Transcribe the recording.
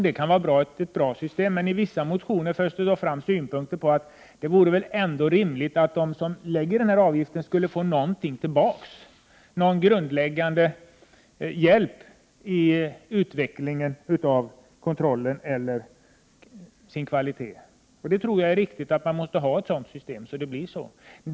Det kan vara ett bra system. I vissa motioner sägs det att det vore rimligt att de som har att avlägga en avgift också får någonting för pengarna — t.ex. en grundläggande hjälp i utvecklingen av kontrollen eller för att få fram livsmedel av god kvalitet. Även jag tror att det är riktigt att ha ett sådant system.